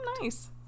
nice